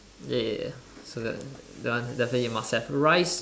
ya ya ya so that that one must definitely must have rice